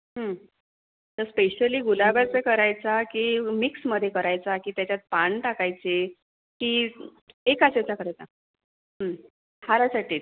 तर स्पेशली गुलाबाचा करायचा की मिक्समध्ये करायचा की त्याच्यात पान टाकायचे की एकाच याचा करायचा हारासाठीच